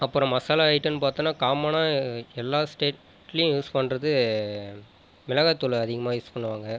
அப்புறம் மாசாலா ஐட்டம்னு பார்த்தோம்னா காமனா எல்லா ஸ்டேட்லியும் யூஸ் பண்ணுறது மிளகாத்தூள் அதிகமாக யூஸ் பண்ணுவாங்க